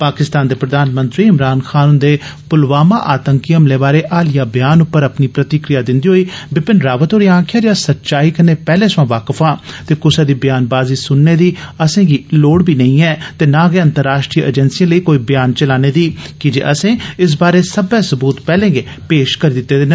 पाकिस्तान दे प्रधानमंत्री इमरान खान हन्दे प्लवामा आतंकी हमले बारै हालिया ब्यान पर अपनी प्रतिक्रिया दिन्दे होई बिपिन रावत होरे आक्खेया जे अस इस सच्चाई कन्नै पैहले सवा वाकफ आं ते क्सै दी ब्यानबाजी सनने दी असेंगी लोड़ बी नेंई ऐ ते नां गै अंतर्राष्ट्रीय एजेंसियें लेई कोई ब्यान चलाने दी कीजे असें इस बारे सब्बै सबूत पैहले गै पेश करी दिते देन